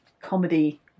comedy